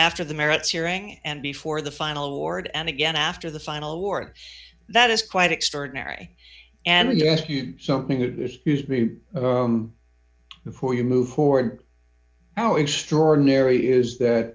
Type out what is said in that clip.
after the merits hearing and before the final award and again after the final war that is quite extraordinary and you ask you something before you move forward how extraordinary use th